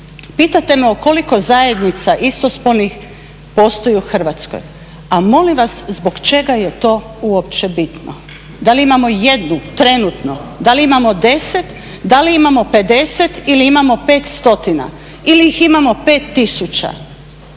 pitate me koliko zajednica istospolnih postoji u Hrvatskoj? A molim vas zbog čeg je to uopće bitno? Da li imamo jednu trenutno, da li imamo 10, da li imamo 50 ili imamo 5 stotina ili ih imamo 5 tisuća,